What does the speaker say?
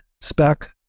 spec